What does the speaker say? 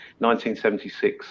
1976